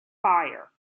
fire